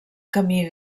camí